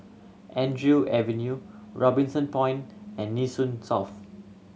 Andrew Avenue Robinson Point and Nee Soon South